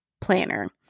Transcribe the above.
planner